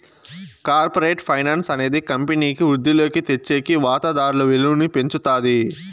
corporate finance అనేది కంపెనీకి వృద్ధిలోకి తెచ్చేకి వాతాదారుల విలువను పెంచుతాది